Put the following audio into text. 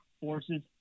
forces